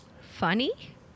funny